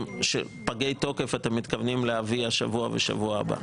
פגי תוקף אתם מתכוונים להביא השבוע ובשבוע הבא?